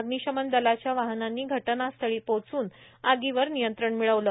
अग्निशमन दलाच्या वाहनांनी घटनास्थळी पोहोचून आगीवर नियंत्रण मिळले